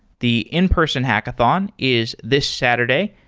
the in-person hackathon is this saturday,